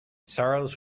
sorrows